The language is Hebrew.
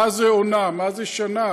מה זה "עונה", מה זה "שנה"